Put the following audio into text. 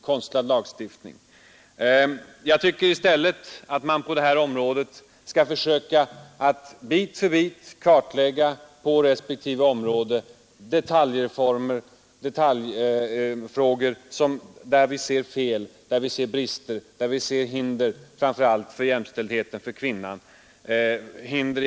Jag anser att man i stället bör försöka att på respektive område bit för bit kartlägga de brister vi har och de hinder som finns framför allt för kvinnans valfrihet.